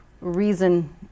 reason